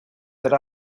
that